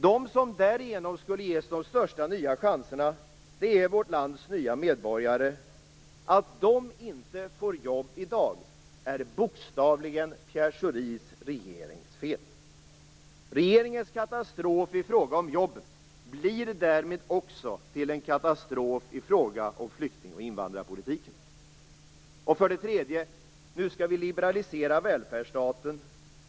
De som därigenom skulle ges de största nya chanserna är vårt lands nya medborgare. Att de inte får jobb i dag är bokstavligen Pierre Schoris regerings fel. Regeringens katastrof i fråga om jobben blir därmed också till en katastrof i fråga om flykting och invandringspolitiken. För det tredje: Nu skall vi liberalisera välfärdsstaten.